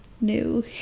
new